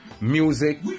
music